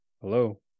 Hello